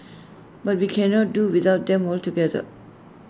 but we cannot do without them altogether